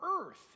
earth